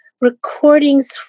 recordings